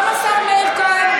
גם השר מאיר כהן.